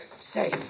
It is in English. Say